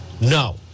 no